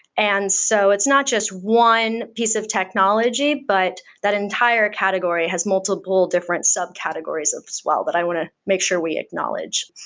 and so it's not just one piece of technology, but that entire category has multiple different subcategories as well, but i want to make sure we acknowledge.